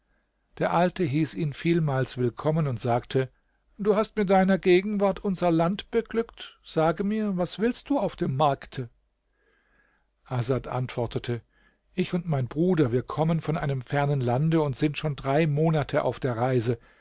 der alte hieß ihn vielmals willkommen und sagte du hast mit deiner gegenwart unser land beglückt sage mir was willst du auf dem markte asad antwortete ich und mein bruder wir kommen von einem fernen lande und sind schon drei monate auf der reise